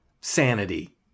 sanity